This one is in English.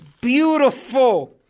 beautiful